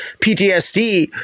ptsd